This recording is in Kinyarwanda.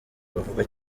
bavugwa